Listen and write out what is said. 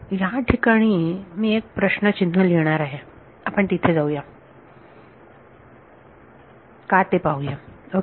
याठिकाणी मी एक प्रश्नचिन्ह लिहिणार आहे आपण तिथे येऊया का ते पाहूया ओके